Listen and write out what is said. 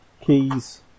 keys